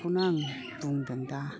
बेखौनो आङो बुंदों दा